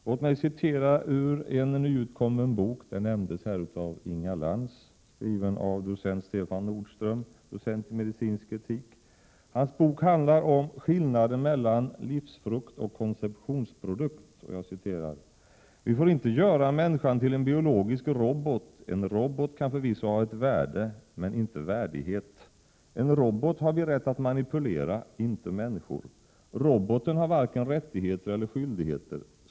Låt mig citera ur en nyutkommen bok — den nämndes här av Inga Lantz — skriven av Stefan Nordström, docent i medicinsk etik. Hans bok handlar om skillnaden mellan ”livsfrukt” och ”konceptionsprodukt”. Jag citerar: ”Vi får inte göra människan till en biologisk robot. En robot kan förvisso ha ett värde, men inte värdighet. En robot har vi rätt att manipulera, inte människor. Roboten har varken rättigheter eller skyldigheter.